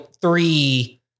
three